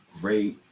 great